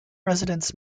residents